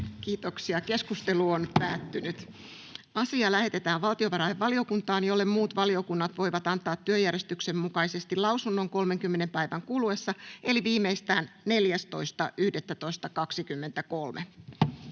päiväjärjestyksen 2. asia. Asia lähetetään valtiovarainvaliokuntaan, jolle muut valiokunnat voivat antaa työjärjestyksen mukaisesti lausunnon 30 päivän kuluessa siitä, kun